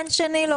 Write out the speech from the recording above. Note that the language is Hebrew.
אין שני לו.